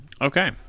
Okay